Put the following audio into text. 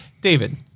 David